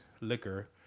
liquor